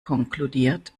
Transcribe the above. konkludiert